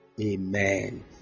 Amen